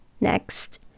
Next